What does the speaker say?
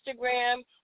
Instagram